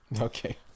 okay